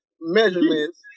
measurements